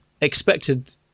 expected